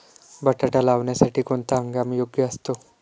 बटाटा लावण्यासाठी कोणता हंगाम योग्य असतो?